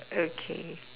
okay